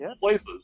places